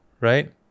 right